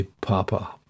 papa